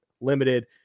limited